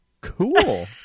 cool